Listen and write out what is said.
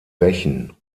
bächen